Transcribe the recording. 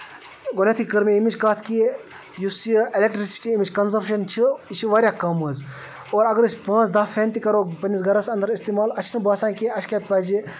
گۄڈٕنیتھٕے کٔر مےٚ ییٚمِچ کَتھ کہِ یُس یہِ الیکٹسٹی اَمِچ کنزمپشن چھِ یہِ چھِ واریاہ کم حظ اور اَگر أسۍ پانٛژھ دہ فین تہِ کَرو پَنٕنِس گرَس اَنٛد اِستعمال اَسہِ چھُ نہٕ باسان کیٚنٛہہ اَسہِ کیاہ پَزِ